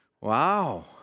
Wow